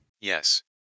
Yes